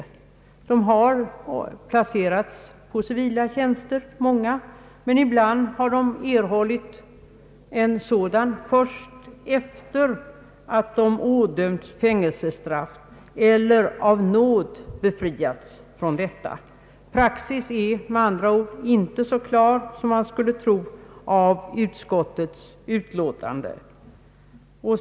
Många har placerats på civila tjänster, men ibland har de erhållit en sådan tjänst först efter det att de ådömts fängelsestraff eller av nåd befriats från detta. Praxis är med andra ord inte så klar som man skulle kunna tro av utskottets utlåtande.